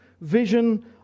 vision